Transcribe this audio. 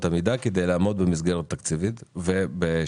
המידה כדי לעמוד במסגרת התקציבית וב-60-40.